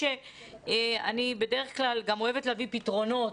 אני בדרך כלל אוהבת להביא פתרונות,